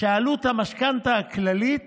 ועלות המשכנתה הכללית